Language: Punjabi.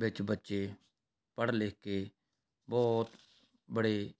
ਵਿੱਚ ਬੱਚੇ ਪੜ੍ਹ ਲਿਖ ਕੇ ਬਹੁਤ ਬੜੇ